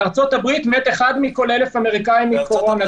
בארה"ב מת אחד מכל 1,000 אמריקאים מקורונה.